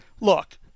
look